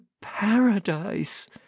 paradise